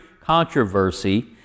controversy